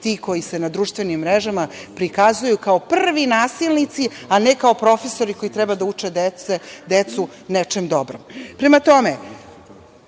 ti koji se na društvenim mrežama prikazuju, kao prvi nasilnici, a ne kao profesori koji treba da uče decu nečem dobrom. Prema tome,